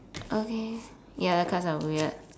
okay ya the cards are weird